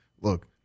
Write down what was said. look –